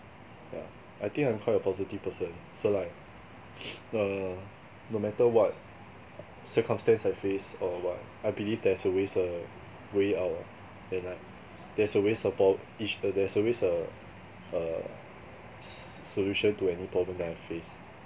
yeah I think I'm quite a positive person so like uh no matter what circumstance I face or what I believe there's always a way out ah and like there's a way po~ ish uh there's a way uh uh s~ solution to any problem that I face